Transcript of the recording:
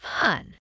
fun